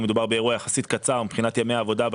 מדובר באירוע יחסית קצר מבחינת ימי עבודה.